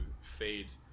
fade